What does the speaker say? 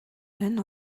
тань